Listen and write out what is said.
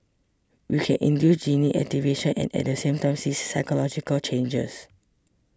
we can induce gene activation and at the same time see physiological changes